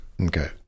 Okay